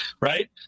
right